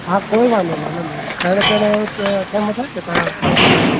हा कोई वांदो न हलंदो खाइण पीअण जो टाइम अथसि की तव्हां वञी हिते